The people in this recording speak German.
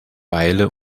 beile